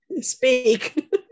speak